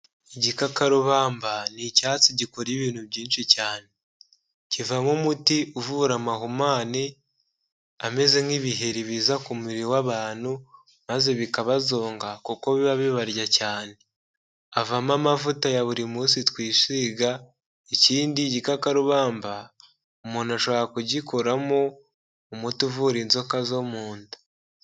Igikakarubamba ni icyatsi gikora ibintu byinshi cyane, kivamo umuti uvura amahumane ameze nk'ibiheri biza ku mubiri w'abantu, maze bikabazonga kuko biba bibarya cyane, avamo amavuta ya buri munsi twisiga, ikindi igikakarubamba umuntu ashobora kugikoramo umuti uvura inzoka zo mu nda.